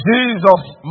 Jesus